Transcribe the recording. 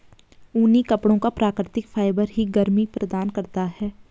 ऊनी कपड़ों का प्राकृतिक फाइबर ही गर्मी प्रदान करता है